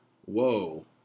Whoa